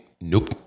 Nope